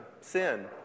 sin